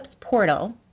portal